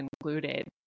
included